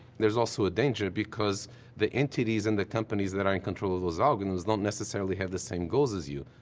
there's also a danger, because the entities in the companies that are in control of those algorithms don't necessarily have the same goals as you,